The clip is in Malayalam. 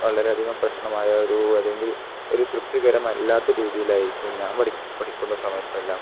വളരെയധികം പ്രശ്നമായ ഒരു അതെങ്കിൽ ഒരു തൃപ്തികരമല്ലാത്ത രീതിയിലായിരിക്കും ഞാൻ പഠിക്കുന്ന സമയത്തല്ലാം